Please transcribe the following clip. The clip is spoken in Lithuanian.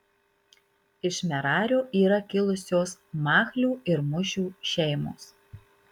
iš merario yra kilusios machlių ir mušių šeimos